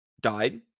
died